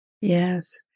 Yes